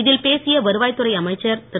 இதில் பேசிய வருவாய் துறை அமைச்சர் திரு